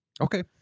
Okay